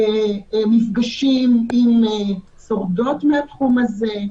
מפגשים עם שורדות מהתחום הזה.